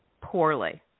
poorly